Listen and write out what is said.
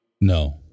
No